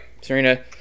Serena